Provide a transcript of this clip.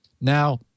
Now